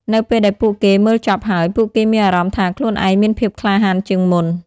នៅពេលដែលពួកគេមើលចប់ហើយ ពួកគេមានអារម្មណ៍ថាខ្លួនឯងមានភាពក្លាហានជាងមុន។